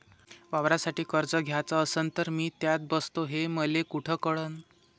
वावरासाठी कर्ज घ्याचं असन तर मी त्यात बसतो हे मले कुठ कळन?